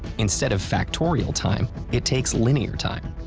instead of factorial time, it takes linear time.